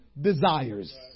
desires